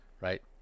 Right